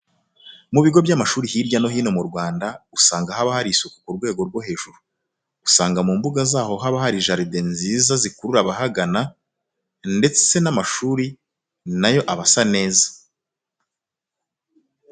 Mu bigo byinshi by'amashuri, hirya no hino mu Rwanda, usanga haba hari isuku yo ku rwego rwo hejuru. Usanga mu mbuga zaho haba hari jaride nziza zikurura abahagana ndetse n'amashuri na yo aba asa neza.